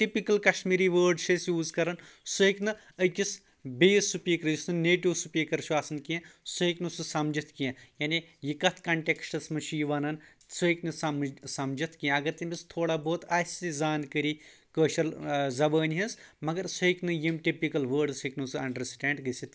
typical Kashmiri word چھِ أسۍ use کران سُہ ہیٚکہِ نہٕ أکِس بَیٚیِس سُپیٖکَر یُس نہٕ نَیٹِو سُپیٖکر چھُ آسان کینٛہہ سُہ ہیٚکہِ نہٕ سُہ سَمجِتھ کینٛہہ یعنی یہِ کَتھ کَنٹَیٚکٕسٹَس منٛز چھُ یہِ ونان سُہ ہیٚکہِ نہٕ سمجھ سمجِتھ کینٛہہ اگر تٔمِس تھوڑا بُہت آسہِ تہِ زَانٛکٲری کٲشر زبٲنۍ ہنٛز مگر سُہ ہیٚکہِ نہٕ یِم ٹِپِکل وٲڈس ہیٚکہِ نہٕ سُہ انٛڈَرسٹَینٛڈ گٔژھِتھ